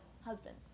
Husband